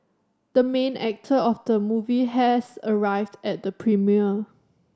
the main actor of the movie has arrived at the premiere